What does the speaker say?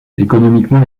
économiquement